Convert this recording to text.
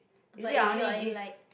but if you are in like